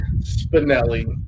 Spinelli